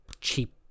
cheap